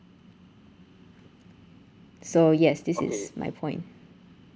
so yes this is my point